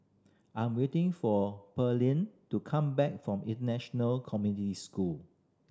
I'm waiting for Perley to come back from International Community School